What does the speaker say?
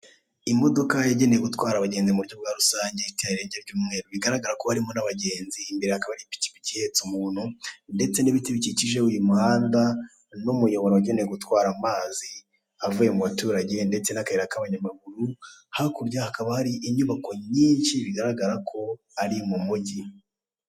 Imodoka yagenewe gutwara abagenzi mu buryo bwa rusange, iteye irangi ry'umweru bigaragara ko harimo n'abagenzi, imbere hakaba hari ipikipiki ihetse umuntu ndetse n'ibiti bikikije uyu muhanda n'umuyoboro wagenewe gutwara amazi avuye mu baturage ndetse n'akayira k'abanyamaguru, hakurya hakaba hari inyubako nyinshi bigaragara ko ari mu mujyi.